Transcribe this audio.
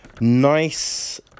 nice